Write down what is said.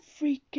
freaking